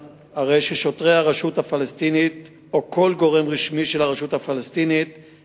מאות אלפי ערבים מתגוררים ללא היתר על אדמות יהודיות פרטיות והמשטרה